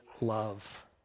love